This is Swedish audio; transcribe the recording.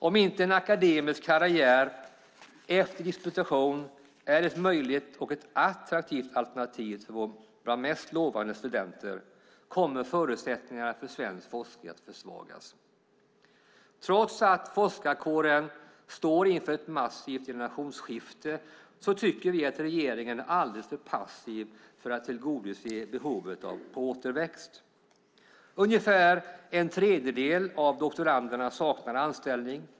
Om inte en akademisk karriär efter disputation är ett möjligt och attraktivt alternativ för våra mest lovande studenter kommer förutsättningarna för svensk forskning att försvagas. Trots att forskarkåren står inför ett massivt generationsskifte tycker vi att regeringen är alldeles för passiv för att tillgodose behovet på återväxt. Ungefär en tredjedel av doktoranderna saknar anställning.